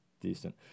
Decent